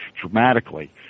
dramatically